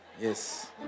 Yes